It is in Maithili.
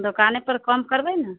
दोकाने पर कम करबै ने